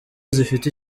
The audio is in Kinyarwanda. zifite